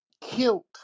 killed